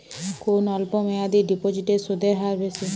কোন অল্প মেয়াদি ডিপোজিটের সুদের হার বেশি?